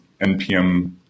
NPM